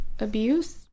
abuse